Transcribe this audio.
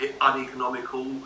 uneconomical